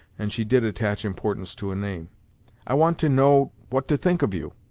and she did attach importance to a name i want to know what to think of you.